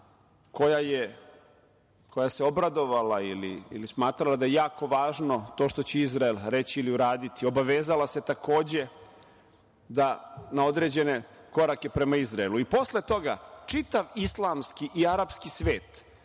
koja se obradovala i smatrala da je jako važno to što će Izrael reći ili uraditi, obavezala se takođe na određene korake prema Izraelu. Posle toga, čitav islamski i arapski svet